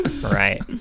Right